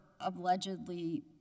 allegedly